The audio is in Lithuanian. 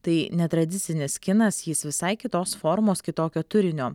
tai netradicinis kinas jis visai kitos formos kitokio turinio